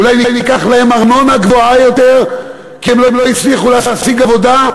אולי ניקח להם ארנונה גבוהה יותר כי הם לא הצליחו להשיג עבודה?